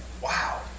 wow